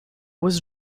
was